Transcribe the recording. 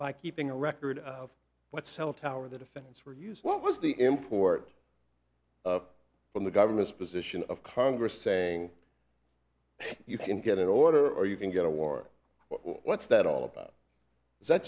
by keeping a record of what cell tower the defendants were used what was the import of when the government's position of congress saying you can get an order or you can go to war what's that all about is that